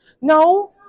No